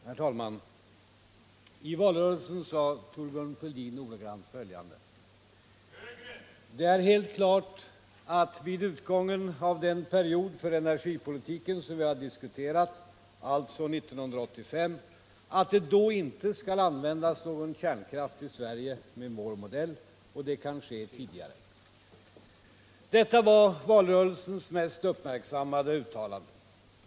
Herr talman! I valrörelsen sade Thorbjörn Fälldin ordagrant följande: ”Det är helt klart att vi vid utgången av den period för energipolitiken, som vi har diskuterat, alltså 1985, att det då inte skall användas någon kärnkraft i Sverige med vår modell. Och det kan ske tidigare också.” Detta var valrörelsens mest uppmärksammade uttalande.